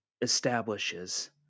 establishes